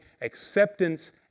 acceptance